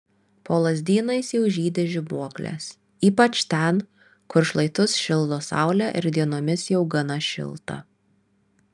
po lazdynais jau žydi žibuoklės ypač ten kur šlaitus šildo saulė ir dienomis jau gana šilta